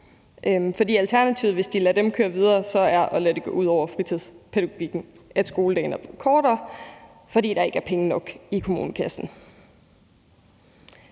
fritidspædagogikken, at skoledagene er blevet kortere, fordi der ikke er penge nok i kommunekassen.